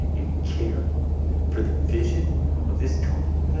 and care for the vision of this company. and no,